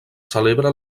celebra